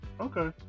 Okay